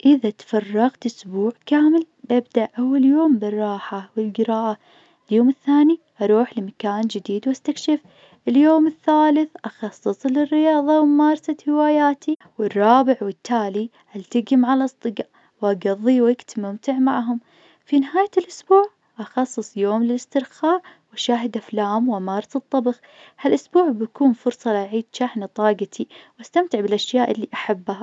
إذا تفرغت أسبوع كامل ببدأ أول يوم بالراحة والقراءة. اليوم الثاني أروح لمكان جديد واستكشف. اليوم الثالث أخصصه للرياضة وممارسة هواياتي. والرابع والتالي ألتقي مع الأصدقاء وأقظي وقت ممتع معهم. في نهاية الأسبوع أخصص يوم للإسترخاء وأشاهد أفلام وأمارس الطبخ. ها الأسبوع بيكون فرصة لأعيد شحن طاقتي واستمتع بالأشياء اللي أحبها.